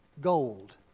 gold